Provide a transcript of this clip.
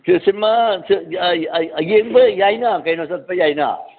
cinema ꯌꯦꯡꯕ ꯌꯥꯏꯅ ꯀꯩꯅꯣ ꯆꯠꯄ ꯌꯥꯏꯅ